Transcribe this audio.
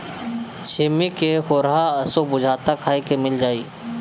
छिम्मी के होरहा असो बुझाता खाए के मिल जाई